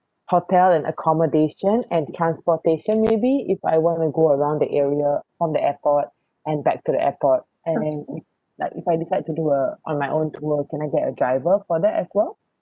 hotel and accommodation and transportation maybe if I want to go around the area from the airport and back to the airport and then like if I decide to do a on my own tour can I get a driver for that as well